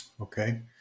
Okay